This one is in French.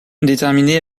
déterminées